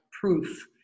proof